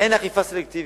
אין אכיפה סלקטיבית.